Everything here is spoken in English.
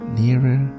nearer